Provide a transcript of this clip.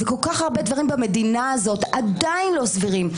וכל כך הרבה דברים במדינה הזאת עדיין לא סבירים,